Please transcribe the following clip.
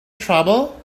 trouble